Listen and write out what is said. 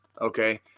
Okay